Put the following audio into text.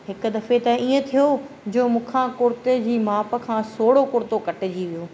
हिकु दफ़े त इएं थियो जो मूंखा कुर्ते जी माप खां सोढ़ो कुरितो कटिजी वियो